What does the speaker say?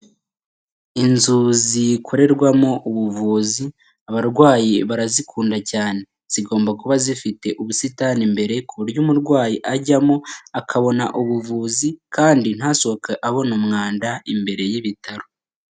Inzu zikorerwamo ubuvuzi, abarwayi barazikunda cyane, zigomba kuba zifite ubusitani imbere ku buryo umurwayi ajyamo akabona ubuvuzi kandi ntasohoke abona umwanda imbere y'ibitaro.